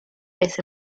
vez